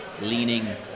leaning